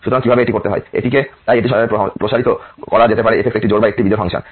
সুতরাং কিভাবে এটি করতে হয় তাই এটি প্রসারিত করে করা যেতে পারে f একটি জোড় বা একটি বিজোড় ফাংশন